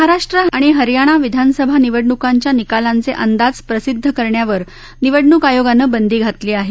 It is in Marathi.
महाराष्ट आणि हरयाणा विधानसभा निवडणुकांच्या निकालांचे अंदाज प्रसिद्ध करण्यावर निवडणूक आयोगानं बंदी घातली आहे